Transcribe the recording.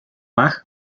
bach